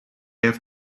have